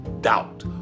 doubt